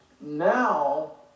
now